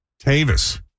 Tavis